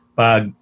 pag